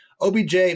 OBJ